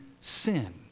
sin